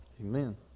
Amen